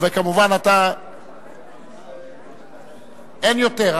אין יותר.